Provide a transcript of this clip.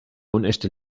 unechte